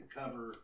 cover